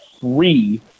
free